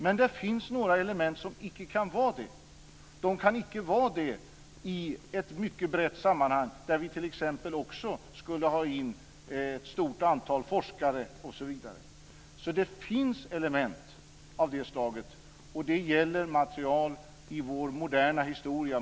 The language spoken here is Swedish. Men det finns några element som inte kan vara det i ett mycket brett sammanhang där vi t.ex. också skulle ta in ett stort antal forskare. Det finns element av det slaget. Det gäller material i vår moderna historia.